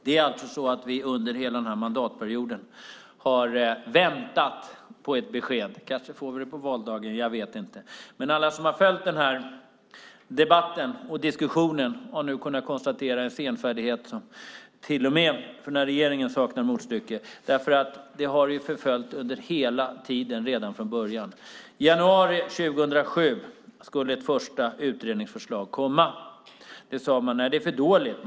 Vi har under hela denna mandatperiod väntat på ett besked. Kanske får vi det på valdagen, jag vet inte. Alla som följt debatten och diskussionen har kunnat konstatera en senfärdighet som till och med för den här regeringen saknar motstycke. Frågan har förföljt er hela tiden, ända från början. I januari 2007 skulle ett första utredningsförslag komma. Då sade ni: Nej, det är för dåligt.